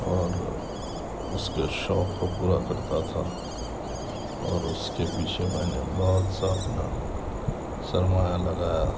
اور اس کے شوق کو پورا کرتا تھا اور اس کے پیچھے میں نے بہت سا اپنا سرمایہ لگایا